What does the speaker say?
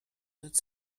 notre